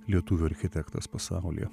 lietuvių architektas pasaulyje